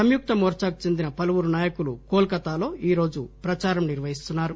సంయుక్త మోర్చాకు చెందిన పలువురు నాయకులు కోల్ కతాలో ఈరోజు ప్రచారం నిర్వహిస్తున్నారు